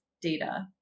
data